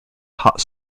hot